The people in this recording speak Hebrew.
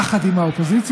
יחד עם האופוזיציה.